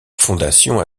fondation